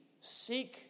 seek